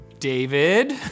David